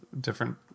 different